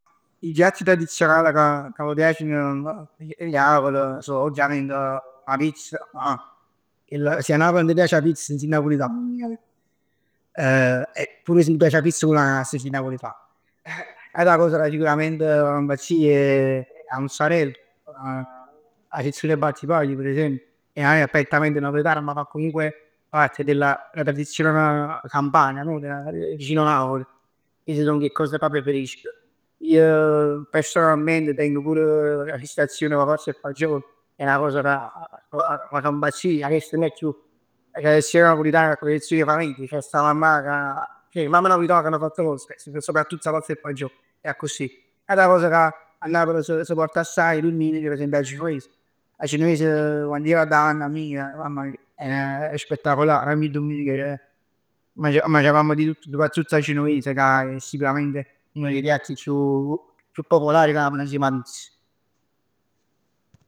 I piatti tradizionali ca, ca m' piaceno, 'e Napl so ovviament 'a pizz. Si a Napl nun t' piace 'a pizz nun si napulitan. E pur si t' piace 'a pizza cu l'ananas nun si napulitan. N'ata cosa ca sicurament m' fa impazzì è sicurament 'a muzzarell. 'A zizzon 'e Battipaglia per esempio, ca nun è prettament napulitan, ma fa comunque parte della tradizione campana no? Vicino Napoli. Chest song 'e cos proprj ca preferisc. Ij personalment tengo pur 'a fissazion p' 'a pasta e fagioli, è 'na cosa ca m' fa impazzì. Chest nun è chiù 'a tradizione napulitan, ma è 'a tradizion 'e famiglia. Ceh sta mammà ca, ceh 'e mamme napulitan sann fa tutt cos. Soprattutto 'a pasta e fagioli. N'ata cos ca a Napl s' porta assaje, per esempio è 'a genuves. 'A genuves quann jev addo 'a nonna mij, mamma mij, era spettacolare, ogni dumenica magnavamo di tutto, soprattutto 'a genuves che era uno dei piatti chiù chiù popolari insiem 'a pizz.